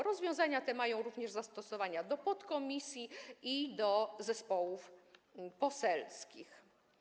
Rozwiązania te mają również zastosowanie do podkomisji i do zespołów poselskich.